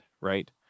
right